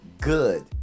good